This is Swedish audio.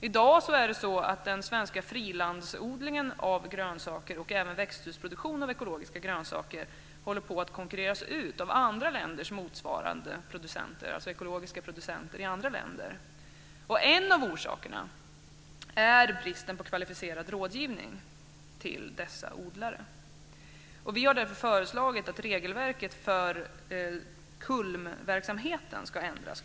I dag håller den svenska frilandsodlingen av grönsaker och även växthusproduktion av ekologiska grönsaker på att konkurreras ut av ekologiska producenter i andra länder. En av orsakerna är bristen på kvalificerad rådgivning till dessa odlare. Vi har därför föreslagit att regelverket för KULM-verksamheten ska ändras.